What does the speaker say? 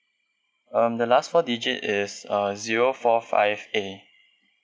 um the last four digit is um zero four five A